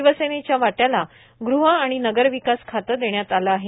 शिवसेनेच्या वाट्याला गुह आणि नगरविकास खातं देण्यात आलं आहे